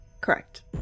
correct